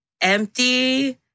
empty